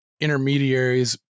intermediaries